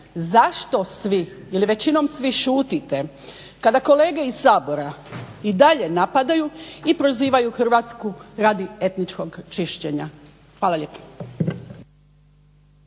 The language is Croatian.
zašto svi ili većinom svi šutite kada kolege iz Sabora i dalje napadaju i prozivaju Hrvatsku radi etničkog čišćenja. Hvala lijepo.